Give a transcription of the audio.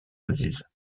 aziz